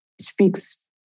speaks